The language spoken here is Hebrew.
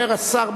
אומר השר,